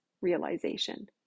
realization